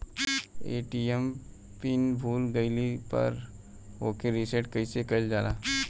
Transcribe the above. ATM PIN भूल गईल पर ओके रीसेट कइसे कइल जाला?